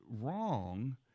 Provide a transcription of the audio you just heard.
wrong